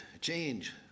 change